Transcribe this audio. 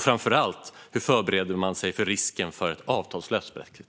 Framför allt: Hur förbereder man sig för risken för en avtalslös brexit?